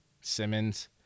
Simmons